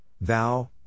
Thou